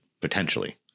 potentially